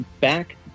Back